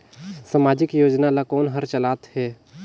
समाजिक योजना ला कोन हर चलाथ हे?